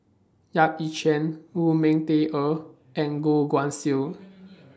Yap Ee Chian Lu Ming Teh Earl and Goh Guan Siew